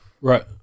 Right